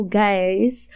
guys